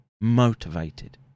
motivated